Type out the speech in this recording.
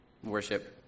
worship